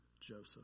Joseph